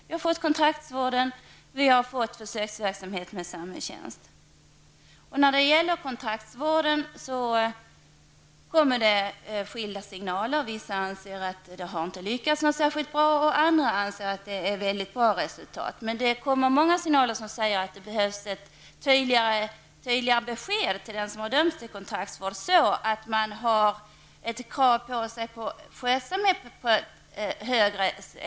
Vi har fått kontraktsvård och försöksverksamhet med samhällstjänst. När det gäller kontraktsvård kommer det skilda signaler. Vissa anser att det inte lyckats särskilt bra, medan andra anser att man uppnått väldigt bra resultat. Men det kommer många signaler om att det behövs tydligare besked till den som har dömts till kontraktsvård, att det ställs större krav på skötsamhet.